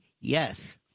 yes